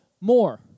more